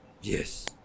Yes